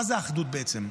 מה זה אחדות בעצם?